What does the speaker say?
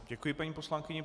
Děkuji paní poslankyni.